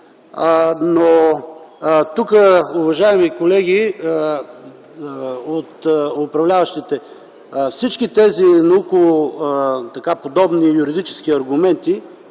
Уважаеми колеги от управляващите, всички тези наукоподобни юридически аргументи